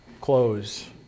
close